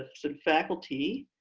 ah some faculty.